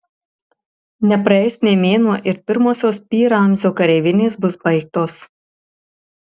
nepraeis nė mėnuo ir pirmosios pi ramzio kareivinės bus baigtos